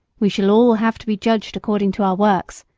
we shall all have to be judged according to our works,